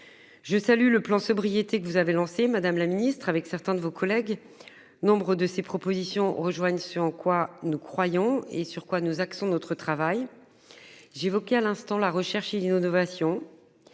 Je salue le plan sobriété que vous avez lancé madame la ministre, avec certains de vos collègues. Nombre de ces propositions rejoignent ce en quoi nous croyons et sur quoi nos actions de notre travail. J'évoquais à l'instant, la recherche et l'innovation.